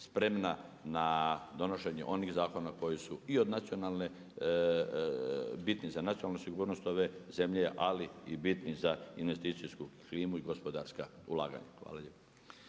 spremna na donošenje onih zakona koji su bitni i za nacionalnu sigurnost ove zemlje ali i bitni za investicijsku klimu i gospodarska ulaganja. Hvala lijepo.